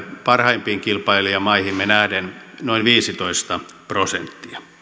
parhaimpiin kilpailijamaihimme nähden noin viisitoista prosenttia